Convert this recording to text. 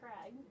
Craig